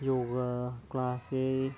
yoga ꯀ꯭ꯂꯥꯁꯁꯤ